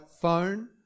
phone